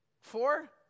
Four